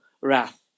wrath